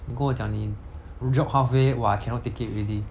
你跟我讲你 jog halfway !wah! cannot take it already